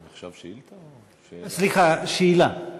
השאילתה, סליחה, שאלה.